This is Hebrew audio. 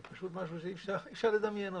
זה משהו שאי אפשר לדמיין.